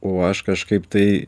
o aš kažkaip tai